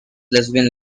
lesbian